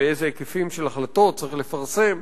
ובאיזה היקפים של החלטות צריך לפרסם.